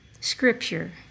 Scripture